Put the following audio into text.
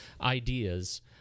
ideas